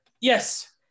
yes